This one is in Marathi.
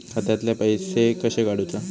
खात्यातले पैसे कशे काडूचा?